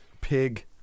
pig